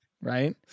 Right